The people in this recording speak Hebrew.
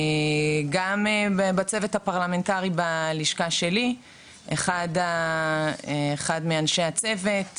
גם בצוות הפרלמנטרי בלשכה שלי אחד מאנשי הצוות,